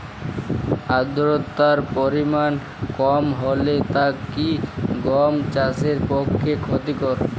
আর্দতার পরিমাণ কম হলে তা কি গম চাষের পক্ষে ক্ষতিকর?